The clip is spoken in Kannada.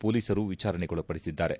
ಪೊಲೀಸರು ವಿಚಾರಣೆಗೊಳಪಡಿಸಿದ್ದಾರೆ